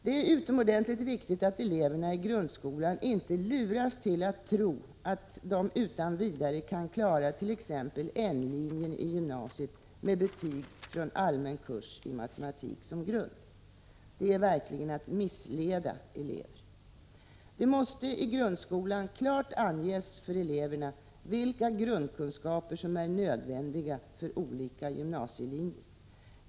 Det är utomordentligt viktigt att eleverna i grundskolan inte luras till att tro att de utan vidare kan klara t.ex. N-linjen i gymnasiet med betyg från allmän kurs i matematik som grund. Det är verkligen att missleda elever. Det måste i grundskolan klart anges för eleverna vilka grundkunskaper som är nödvändiga för olika gymnasielinjer.